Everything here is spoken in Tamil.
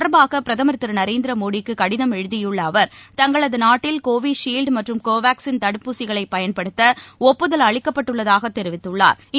தொடர்பாக பிரதமர் திருநரேந்திரமோடிக்குகடிதம் எழுதியுள்ளஅவர் தங்களதநாட்டில் இது கோவிஷீல்ட் மற்றும் கோவேக்ஸின் தடுப்பூசிகளைபயன்படுத்தஒப்புதல் அளிக்கப்பட்டுள்ளதாகதெரிவித்துள்ளாா்